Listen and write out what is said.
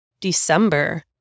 December